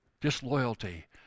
Disloyalty